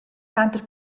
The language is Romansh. tanter